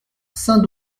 saint